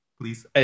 Please